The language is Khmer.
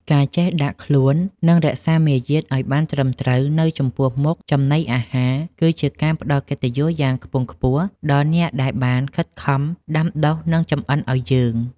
ការចេះដាក់ខ្លួននិងរក្សាមារយាទឱ្យបានត្រឹមត្រូវនៅចំពោះមុខចំណីអាហារគឺជាការផ្តល់កិត្តិយសយ៉ាងខ្ពង់ខ្ពស់ដល់អ្នកដែលបានខិតខំដាំដុះនិងចម្អិនឱ្យយើង។